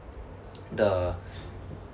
the